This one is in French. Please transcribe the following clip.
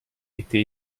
été